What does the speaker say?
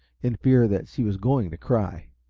in fear that she was going to cry.